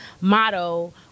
motto